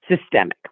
systemic